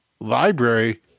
library